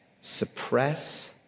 suppress